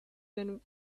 been